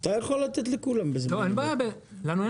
שיתוף פעולה עם